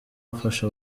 afasha